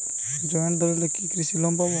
Joint দলিলে কি কৃষি লোন পাব?